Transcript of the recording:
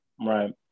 right